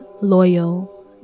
loyal